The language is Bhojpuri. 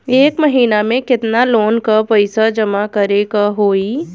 एक महिना मे केतना लोन क पईसा जमा करे क होइ?